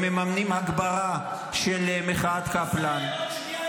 הם ממנים הגברה של מחאת קפלן.